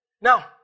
Now